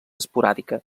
esporàdica